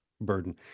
burden